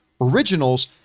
originals